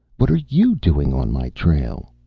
what are you doing on my trail?